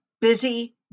busy